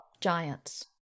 giants